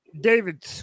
David